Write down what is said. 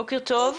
בוקר טוב.